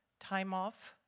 time off,